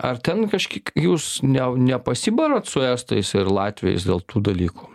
ar ten kažkiek jūs ne nepasibarat su estais ir latviais dėl tų dalykų